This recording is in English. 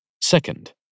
Second